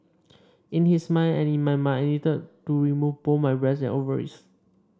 in his mind and in my mind I needed to remove both my breasts and ovaries